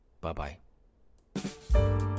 Bye-bye